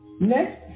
next